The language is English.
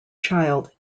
child